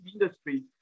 industry